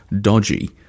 dodgy